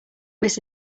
miss